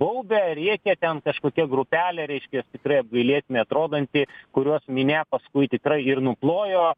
baubia rėkia ten kažkokia grupelė reiškias tikrai apgailėtinai atrodanti kuriuos minia paskui tikrai ir nuplojo